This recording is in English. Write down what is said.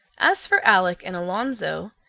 as for alec and alonzo,